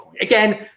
Again